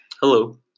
Hello